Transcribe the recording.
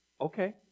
Okay